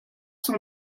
sont